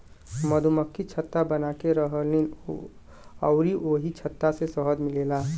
मधुमक्खि छत्ता बनाके रहेलीन अउरी ओही छत्ता से शहद मिलेला